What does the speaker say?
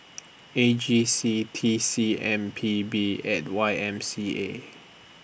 A G C T C M P B and Y M C A